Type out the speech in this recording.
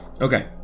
okay